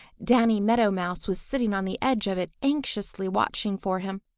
danny meadow mouse was sitting on the edge of it anxiously watching for him.